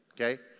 okay